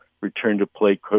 return-to-play